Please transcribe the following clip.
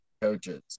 coaches